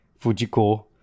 Fujiko